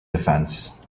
defense